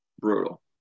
Brutal